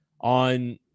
on